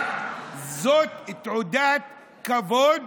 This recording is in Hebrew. אבל זאת תעודת כבוד